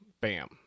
Bam